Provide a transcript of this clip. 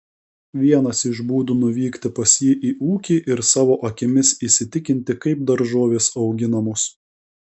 vienas iš būdų nuvykti pas jį į ūkį ir savo akimis įsitikinti kaip daržovės auginamos